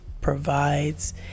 provides